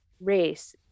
race